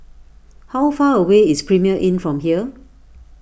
how far away is Premier Inn from here